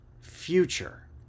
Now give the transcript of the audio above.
future